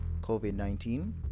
COVID-19